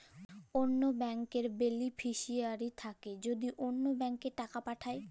অল্য ব্যাংকের বেলিফিশিয়ারি থ্যাকে যদি অল্য ব্যাংকে টাকা পাঠায়